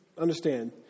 Understand